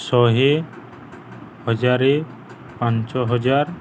ଶହେ ହଜାରେ ପାଞ୍ଚ ହଜାର